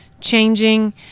changing